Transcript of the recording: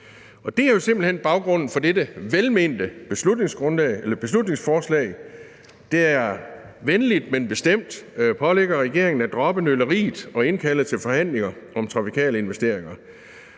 Det er jo simpelt hen baggrunden for dette velmente beslutningsforslag, der venligt, men bestemt pålægger regeringen at droppe nøleriet og indkalde til forhandlinger om trafikale investeringer.